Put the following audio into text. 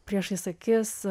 priešais akis